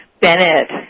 Bennett